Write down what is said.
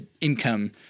income